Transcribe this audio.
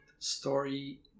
story